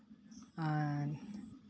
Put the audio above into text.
ᱟᱨ